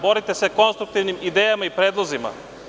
Borite se konstruktivnim idejama i predlozima.